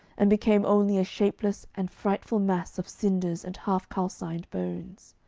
and became only a shapeless and frightful mass of cinders and half-calcined bones.